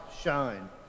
shine